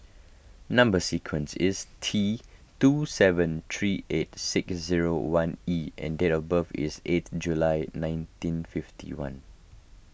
Number Sequence is T two seven three eight six zero one E and date of birth is eighth July nineteen fifty one